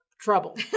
trouble